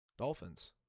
Dolphins